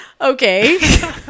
okay